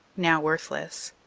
now worthless.